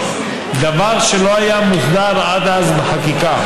דבר שלא היה מוסדר עד אז בחקיקה,